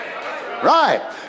Right